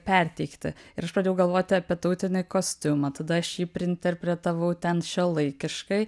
perteikti ir aš pradėjau galvoti apie tautinį kostiumą tada aš jį priinterpretavau ten šiuolaikiškai